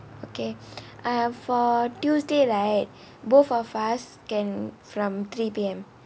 okay uh for tuesday right both of us can from three P_M